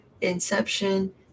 Inception